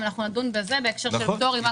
נדון גם בזה בהקשר של הפטורים.